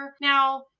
Now